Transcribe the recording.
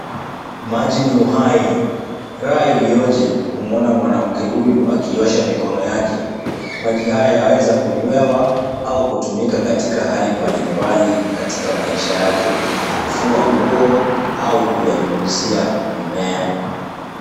Maji ni uhai ,raha iliyoje kumwona mwanamke huyu akiosha mikono yake , maji haya yaweza kunywewa au kutumika katika hali mbalimbali katika maisha yake ,kufua nguo au kuyanyunyizia mimea.